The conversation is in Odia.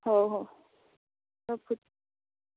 ହଉ ହଉ ରଖୁ